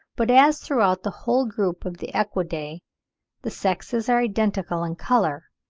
but as throughout the whole group of the equidae the sexes are identical in colour,